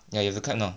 ya you have to clap now